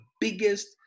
biggest